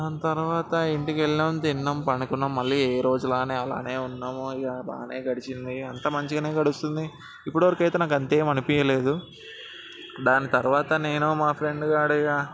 దాని తర్వాత ఇంటికి వెళ్ళాం తిన్నాం పడుకున్నాం మళ్ళీ ఏరోజులా అలాగే ఉన్నాం ఇక బాగా నే గడిచింది అంతా మంచిగానే గడుస్తుంది ఇప్పటివరకు అయితే నాకు అంత ఏం అనిపీయలేదు దాని తర్వాత నేను మా ఫ్రెండ్గాడు ఇక